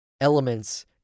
elements